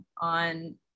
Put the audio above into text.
on